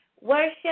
worship